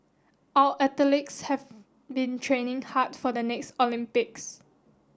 our athletes have been training hard for the next Olympics